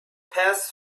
passed